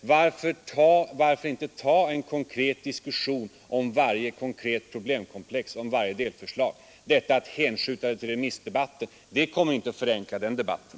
Varför inte ta en konkret diskussion om varje konkret problem, om varje delförslag? Att hänskjuta den här frågan till den allmänpolitiska debatten kommer inte att förenkla den debatten.